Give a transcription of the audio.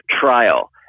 trial